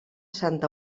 santa